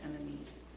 enemies